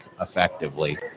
effectively